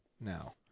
now